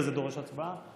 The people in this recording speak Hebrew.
זה דורש הצבעה?